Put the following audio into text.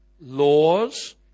laws